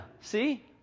See